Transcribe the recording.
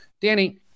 Danny